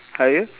how are you